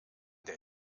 der